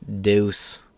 Deuce